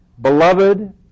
Beloved